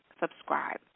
subscribe